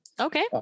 Okay